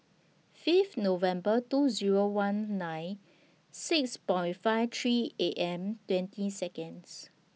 Fifth November two Zero one nine six five three A M twenty Seconds